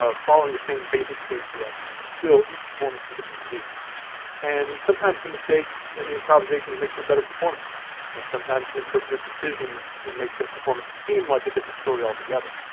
ah following the same basic stage directions. still, each performance is gonna be unique and sometimes the mistakes and the improvisations make for a better performance and sometimes the interpretive decisions make the performance seem like a different story altogether